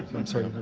i'm sorry.